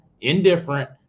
indifferent